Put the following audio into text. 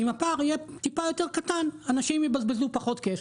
אם הפער יהיה טיפה יותר קטן אנשים יבזבזו פחות כסף.